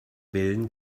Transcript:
willen